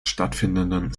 stattfindenden